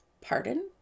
pardon